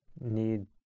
need